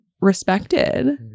respected